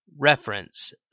Reference